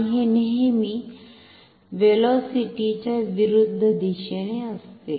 आणि हे नेहमी व्हेलोसिटी च्या विरुद्ध दिशेने असते